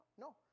no